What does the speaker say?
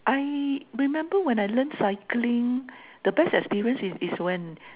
I remember when I learn cycling the best experience is is when